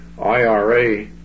IRA